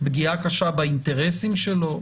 פגיעה קשה באינטרסים שלו.